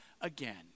again